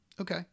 okay